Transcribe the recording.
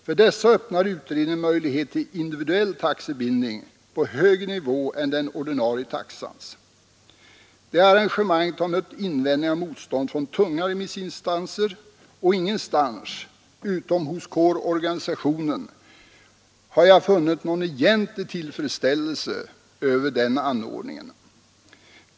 För dessa öppnar utredningen möjlighet till individuell taxebindning på högre nivå än den ordinarie taxans. Detta arrangemang har mött motstånd från tunga remissinstanser, och ingenstans utom hos kårorganisationen har jag funnit någon egentlig tillfredsställelse över den anordningen.